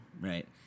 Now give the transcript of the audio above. right